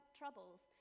troubles